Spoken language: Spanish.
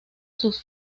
sus